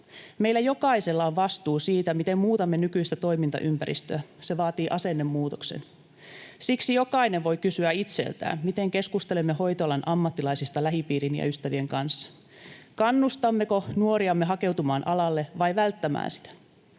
Meillä jokaisella on vastuu siitä, miten muutamme nykyistä toimintaympäristöä. Se vaatii asennemuutoksen. Siksi jokainen voi kysyä itseltään, miten keskustelemme hoitoalan ammattilaisista lähipiirin ja ystävien kanssa: kannustammeko nuoriamme hakeutumaan alalle vai välttämään sitä,